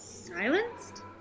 Silenced